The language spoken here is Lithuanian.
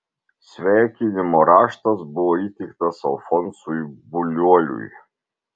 sveikinimo raštas buvo įteiktas alfonsui buliuoliui